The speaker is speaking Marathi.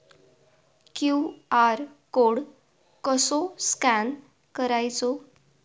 क्यू.आर कोड कसो स्कॅन करायचो?